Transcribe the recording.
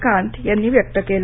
कांत यांनी व्यक्त केला